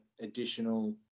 additional